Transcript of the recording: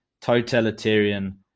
totalitarian